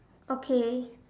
okay